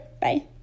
bye